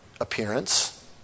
appearance